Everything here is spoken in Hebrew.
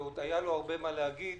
ועוד היה לו הרבה מה להגיד.